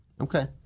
Okay